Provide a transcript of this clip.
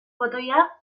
botoia